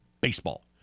Baseball